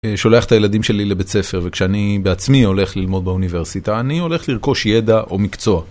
שולח את הילדים שלי לבית ספר, וכשאני בעצמי הולך ללמוד באוניברסיטה, אני הולך לרכוש ידע או מקצוע.